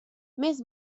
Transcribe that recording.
més